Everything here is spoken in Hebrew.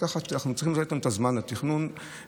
כך שאנחנו צריכים לתת להם את הזמן לתכנון המפורט,